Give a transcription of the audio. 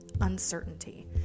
uncertainty